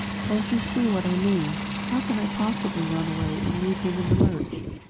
don't you see what i mean how can i possibly run away and leave them in the lurch.